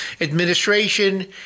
administration